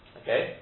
okay